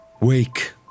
Wake